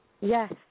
Yes